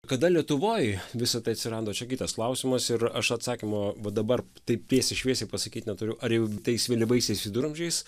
kada lietuvoj visa tai atsiranda čia kitas klausimas ir aš atsakymo va dabar taip tiesiai šviesiai pasakyt neturiu ar jau tais vėlyvaisiais viduramžiais